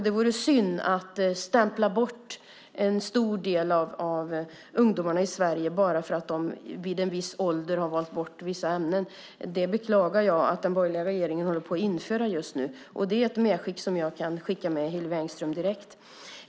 Det vore synd att stämpla bort en stor del av ungdomarna i Sverige bara för att de vid en viss ålder har valt bort vissa ämnen. Jag beklagar att den borgerliga regeringen just nu håller på att införa ett sådant system. Det är ett medskick som jag kan ge Hillevi Engström nu direkt.